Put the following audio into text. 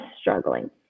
struggling